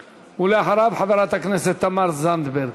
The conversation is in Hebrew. ואחריו, חברת הכנסת תמר זנדברג,